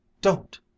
don't